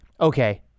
okay